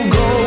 go